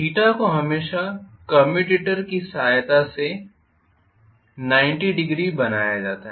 theta को हमेशा commutator की सहायता से 900 बनाया जाता है